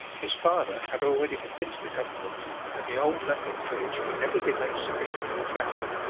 his father had already convinced the government that the old london bridge could never be made sufficient for the traffic,